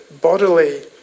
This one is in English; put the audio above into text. bodily